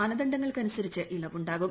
മാനദണ്ഡങ്ങൾക്കനുസരിച്ച് ഇളവു ാകും